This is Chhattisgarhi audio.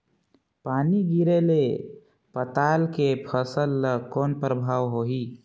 पानी गिरे ले पताल के फसल ल कौन प्रभाव होही?